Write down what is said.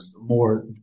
more